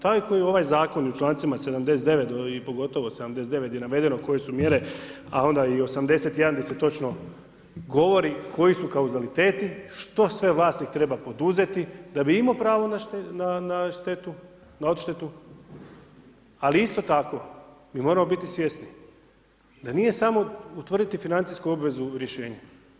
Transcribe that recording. Tako i ovaj zakon i u člancima 79. i pogotovo 79. di je navedeno koje su mjere, a onda i 81., gdje se točno govori koji su klazauliteti, što sve vlasnik treba poduzeti da bi imao pravo na odštetu, ali isto tako, mi moramo biti svjesni, da nije samo utvrditi financijsku obvezu u rješenje.